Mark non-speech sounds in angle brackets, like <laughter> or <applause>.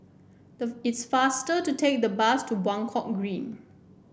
<unintelligible> it's faster to take the bus to Buangkok Green